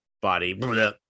body